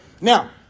Now